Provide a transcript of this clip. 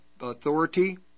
authority